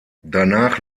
danach